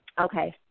Okay